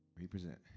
represent